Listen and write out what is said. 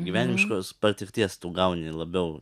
gyvenimiškos patirties tu gauni labiau